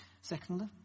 secondly